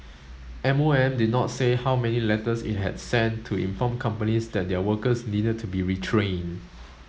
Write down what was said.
M O M did not say how many letters it had sent to inform companies that their workers needed to be retrained